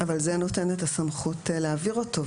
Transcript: אבל זה נותן את הסמכות להעביר אותו,